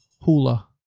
hula